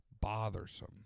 bothersome